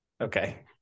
okay